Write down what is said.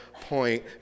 point